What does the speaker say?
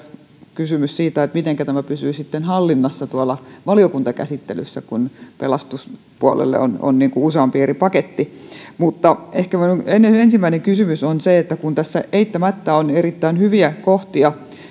kysymys siitä mitenkä tämä pysyy sitten hallinnassa tuolla valiokuntakäsittelyssä kun pelastuspuolelle on on useampi eri paketti ehkä ensimmäinen kysymykseni on se että kun tässä eittämättä on erittäin hyviä kohtia